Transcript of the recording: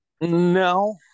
No